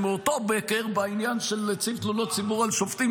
מאותו בוקר בעניין של נציב תלונות הציבור על שופטים,